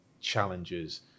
challenges